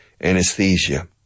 Anesthesia